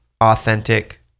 authentic